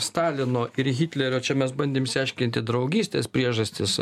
stalino ir hitlerio čia mes bandėm išsiaiškinti draugystės priežastis